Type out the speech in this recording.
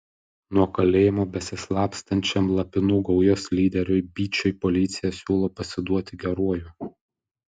nuo kalėjimo besislapstančiam lapinų gaujos lyderiui byčiui policija siūlo pasiduoti geruoju